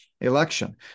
election